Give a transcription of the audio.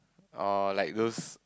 oh like those